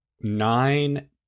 Nine